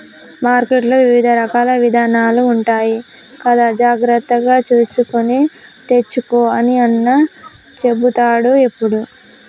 మార్కెట్లో వివిధ రకాల విత్తనాలు ఉంటాయి కదా జాగ్రత్తగా చూసుకొని తెచ్చుకో అని అన్న చెపుతాడు ఎప్పుడు